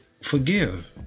forgive